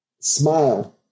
smile